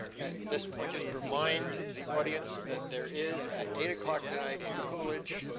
at this point, just remind the audience that there is at eight o'clock tonight in coolidge,